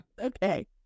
Okay